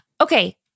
Okay